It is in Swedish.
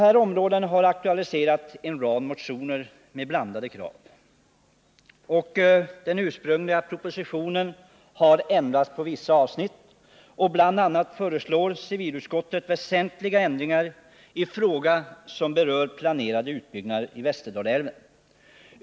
Propositionen har aktualiserat en rad motioner med blandade krav på dessa båda områden. Civilutskottet föreslår ändringar i vissa avsnitt av propositionen. Utskottet föreslår bl.a. väsentliga ändringar när det gäller planerade utbyggnader i Västerdalälven.